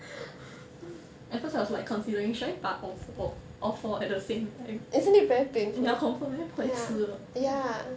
at first I was like considering should I 拔 all four all four at the same time ya confirm very 白痴